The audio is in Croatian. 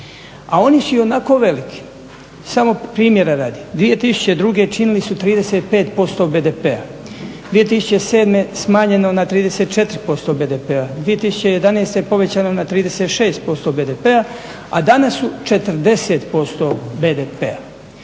a oni su i onako veliki. Samo primjera radi, 2002. činili su 35% BDP-a, 2007. smanjeno na 34% BDP-a i 2011. povećano na 36% BDP-a, a danas su 40% BDP-a.